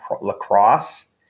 lacrosse